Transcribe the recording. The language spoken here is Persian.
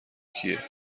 کیه